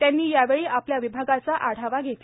त्यांनी यावेळी आपल्या विभागाचा आढावा घेतला